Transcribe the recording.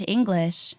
English